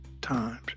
times